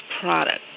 product